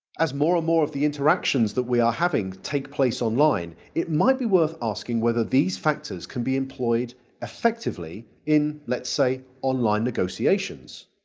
as more and more of the interactions that we are having take place online it might be worth asking whether these factors can be employed effectively in let's say online negotiations.